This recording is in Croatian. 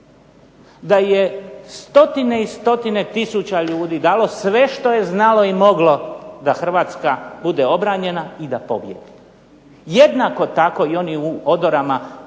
da je stotine i stotine tisuća ljudi dalo sve što je znalo i moglo da Hrvatska bude obranjena i da pobijedi, jednako tako i oni u odorama liječnika,